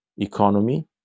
economy